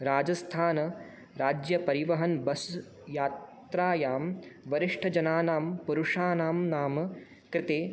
राजस्थान् राज्यपरिवहन् बस् यात्रायां वरिष्ठजनानां पुरुषाणां नाम कृते